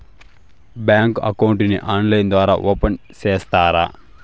Bank account ని online ద్వారా open సేస్తారా?